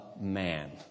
man